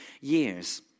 years